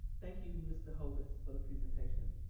thank you, mr. hovis, for the presentation.